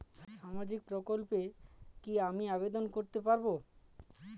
সামাজিক প্রকল্পে কি আমি আবেদন করতে পারবো?